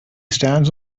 stance